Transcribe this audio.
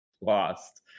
Lost